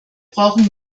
brauchen